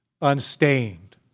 unstained